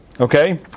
Okay